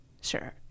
Sure